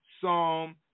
Psalm